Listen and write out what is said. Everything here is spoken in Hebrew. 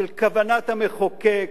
של כוונת המחוקק,